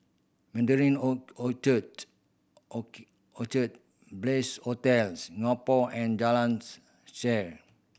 Mandarin own Orchard Orchard Bliss Hotel Singapore and Jalans Shaer